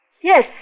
Yes